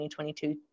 2022